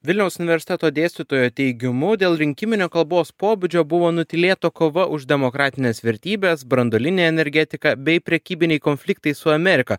vilniaus universiteto dėstytojo teigimu dėl rinkiminio kalbos pobūdžio buvo nutylėta kova už demokratines vertybes branduolinę energetiką bei prekybiniai konfliktai su amerika